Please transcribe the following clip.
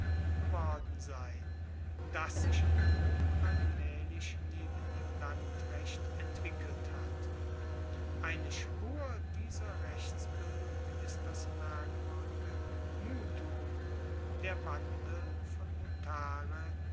geworden sein das sich in rom allmaehlich neben dem landrecht entwickelt hat eine spur dieser rechtsbildung ist das merkwuerdige mutuum der wandel von